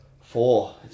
four